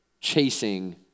chasing